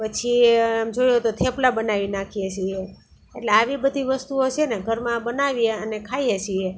પછી એમ જોઈએ તો થેપલાં બનાવી નાખીએ છીએ એટલે આવી બધી વસ્તુઓ છેને ઘરમાં બનાવીએ અને ખાઈએ છીએ